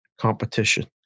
competition